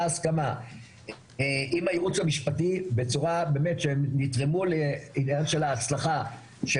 הסכמה עם הייעוץ המשפטי בצורה שבאמת יתרמו להצלחה של